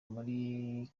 muri